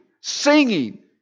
singing